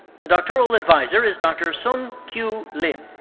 the doctoral adviser is dr. sung kyu lim.